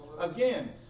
Again